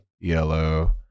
Yellow